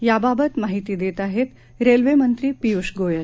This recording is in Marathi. याबाबत माहिती देत आहेत रेल्वेमंत्री पियुष गोयल